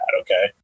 Okay